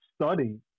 Study